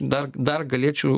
dar dar galėčiau